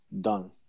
done